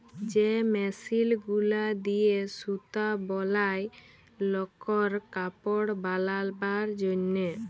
যে মেশিল গুলা দিয়ে সুতা বলায় লকর কাপড় বালাবার জনহে